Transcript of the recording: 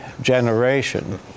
generation